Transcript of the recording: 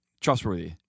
trustworthy –